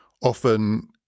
often